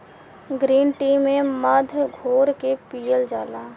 green tea में मध घोर के पियल जाला